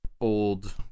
old